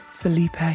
Felipe